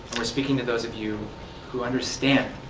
speaking to those of you who understand